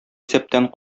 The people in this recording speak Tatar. исәптән